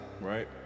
Right